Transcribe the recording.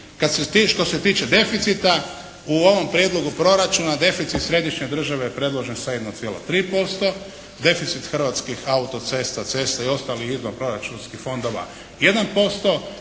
što se tiče deficita u ovom prijedlogu proračuna deficit središnje države predložen sa 1,3%, deficit Hrvatskih autocesta, cesta i ostalih izvan proračunskih fondova 1%